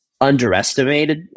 underestimated